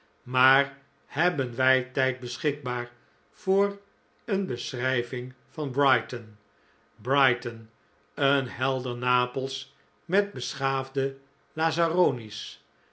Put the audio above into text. maar hebben wij tijd beschikbaar voor een beschrijving van brighton brighton een helder napels met beschaafde